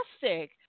fantastic